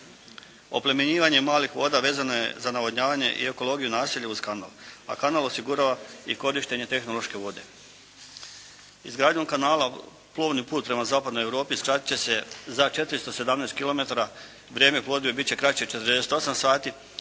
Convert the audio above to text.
Oplemenjivanje malih voda vezano je za navodnjavanje i ekologiju naselja uz kanal, a kanal osigurava i korištenje tehnološke vode. Izgradnjom kanala plovni put prema Zapadnoj Europi skratit će se za 417 km. Vrijeme plovidbe bit će kraće 48 sati,